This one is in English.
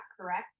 correct